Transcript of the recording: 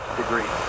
degree